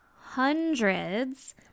hundreds